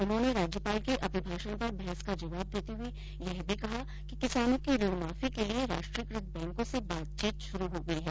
उन्होंने राज्यपाल के अभिभाषण पर बहस का जवाब देते हुए यह भी कहा कि किसानों की ऋण माफी के लिए राष्ट्रीयकृत बैंकों से बातचीत शुरू हो गयी है